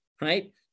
Right